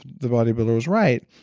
the bodybuilder was right.